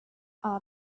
are